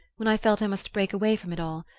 when i felt i must break away from it all,